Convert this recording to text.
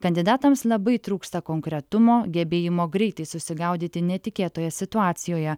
kandidatams labai trūksta konkretumo gebėjimo greitai susigaudyti netikėtoje situacijoje